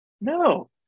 no